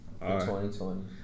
2020